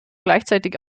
gleichzeitig